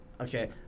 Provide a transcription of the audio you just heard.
Okay